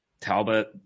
Talbot